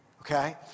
Okay